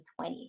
2020